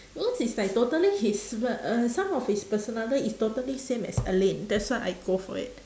those is like totally his but uh some of his personali~ is totally same as alyn that's why I go for it